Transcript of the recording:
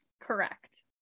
Correct